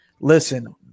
listen